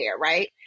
right